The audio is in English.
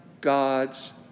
God's